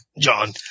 John